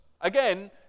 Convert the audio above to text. Again